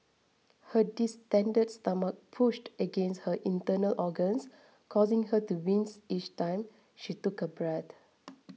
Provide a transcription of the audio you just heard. her distended stomach pushed against her internal organs causing her to wince each time she took a breath